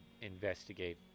investigate